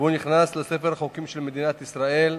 והוא נכנס לספר החוקים של מדינת ישראל,